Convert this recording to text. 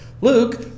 Luke